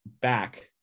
back